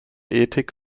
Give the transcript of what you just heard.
ethik